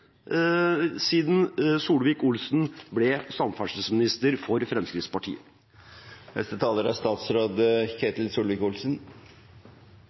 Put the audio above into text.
siden Solvik-Olsen ble samferdselsminister for Fremskrittspartiet. Det er